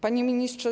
Panie Ministrze!